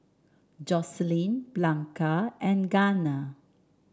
Joycelyn Blanca and Garner